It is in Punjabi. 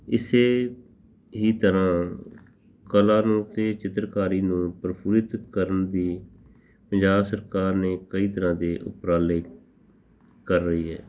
ਇਸੇ ਹੀ ਤਰ੍ਹਾਂ ਕਲਾ ਰੂਪ ਅਤੇ ਚਿੱਤਰਕਾਰੀ ਨੂੰ ਪ੍ਰਫੁੱਲਿਤ ਕਰਨ ਦੀ ਪੰਜਾਬ ਸਰਕਾਰ ਨੇ ਕਈ ਤਰ੍ਹਾਂ ਦੇ ਉਪਰਾਲੇ ਕਰ ਰਹੀ ਹੈ